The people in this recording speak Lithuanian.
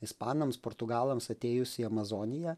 ispanams portugalams atėjus į amazoniją